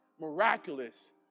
miraculous